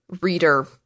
reader